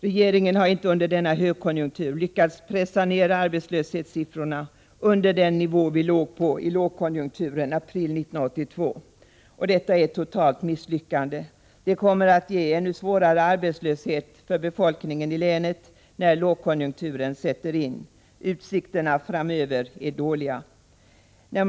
Regeringen har inte i denna högkonjunkturperiod lyckats pressa ner arbetslöshetssiffrorna under den nivå som de låg på i lågkonjunkturen april 1982. Detta är ett totalt misslyckande. Det kommer att ge ännu svårare arbetslöshet för befolkningen i länet när lågkonjunkturen sätter in. Utsikterna framöver är dåliga.